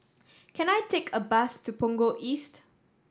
can I take a bus to Punggol East